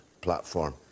platform